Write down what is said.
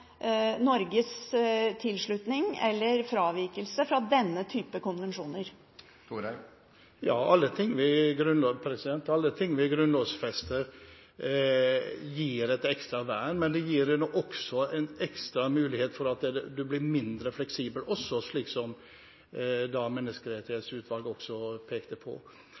Norges tilslutning til eller fravikelse fra denne typen konvensjoner? Ja, alt vi grunnlovfester, gir et ekstra vern. Men det gir også en ekstra mulighet for at man blir mindre fleksibel, slik også Menneskerettighetsutvalget pekte på.